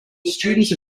students